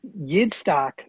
Yidstock